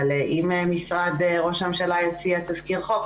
אם משרד ראש הממשלה יציע תזכיר חוק,